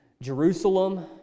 Jerusalem